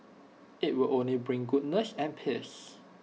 IT will only bring goodness and peace